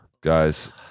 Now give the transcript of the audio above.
guys